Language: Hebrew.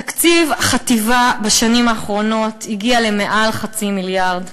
תקציב החטיבה בשנים האחרונות הגיע למעל חצי מיליארד,